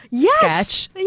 sketch